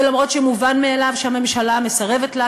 ואף שמובן מאליו שהממשלה מסרבת לה,